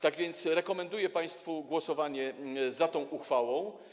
Tak więc rekomenduję państwu głosowanie za tą uchwałą.